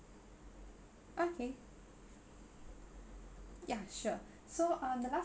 okay yeah sure so uh the last